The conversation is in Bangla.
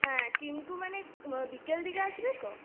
হ্যাঁ কিন্তু মানে বিকেল দিকে আসবি তো